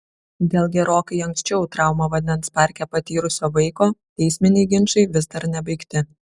dėl gerokai anksčiau traumą vandens parke patyrusio vaiko teisminiai ginčai vis dar nebaigti